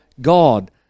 God